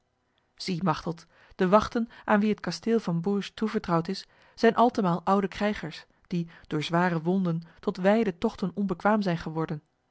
zie machteld de wachten aan wie het kasteel van bourges toevertrouwd is zijn altemaal oude krijgers die door zware wonden tot wijde tochten onbekwaam zijn geworden